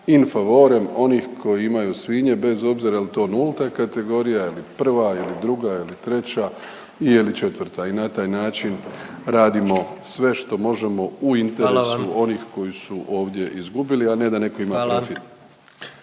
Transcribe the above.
in favorem onih koji imaju svinje bez obzira jel to nulta kategorija ili prva ili druga ili treća i je li četvrta i na taj način radimo sve što možemo u interesu …/Upadica predsjednik: Hvala vam./… onih koji su ovdje izgubili, a ne da netko ima profit.